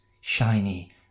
shiny